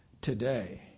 today